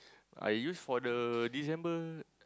I use for the December